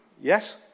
Yes